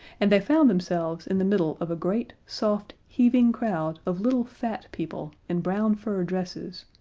and they found themselves in the middle of a great, soft, heaving crowd of little fat people in brown fur dresses,